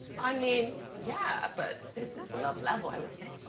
i mean yeah but this is another level i would say